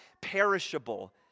perishable